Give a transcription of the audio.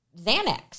Xanax